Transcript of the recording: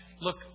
Look